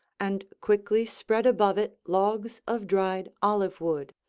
and quickly spread above it logs of dried olive-wood.